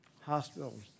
hospitals